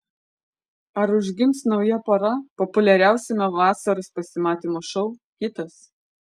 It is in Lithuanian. ar užgims nauja pora populiariausiame vasaros pasimatymų šou kitas